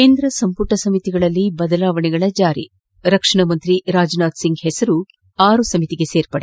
ಕೇಂದ್ರ ಸಂಪುಟ ಸಮಿತಿಗಳಲ್ಲಿ ಬದಲಾವಣೆಗಳ ಜಾರಿ ರಕ್ಷಣಾ ಮಂತ್ರಿ ರಾಜನಾಥ್ ಸಿಂಗ್ ಹೆಸರು ಆರು ಸಮಿತಿಗೆ ಸೇರ್ಪಡೆ